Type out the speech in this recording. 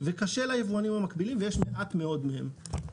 וקשה ליבואנים המקבילים ויש מעט מאוד מהם.